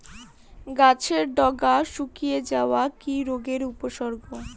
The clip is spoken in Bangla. গাছের ডগা শুকিয়ে যাওয়া কি রোগের উপসর্গ?